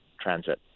transit